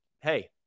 Hey